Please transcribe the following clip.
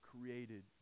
created